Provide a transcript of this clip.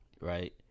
right